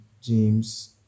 James